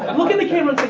um look in the camera